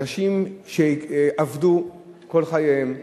אנשים שעבדו כל חייהם,